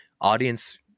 Audience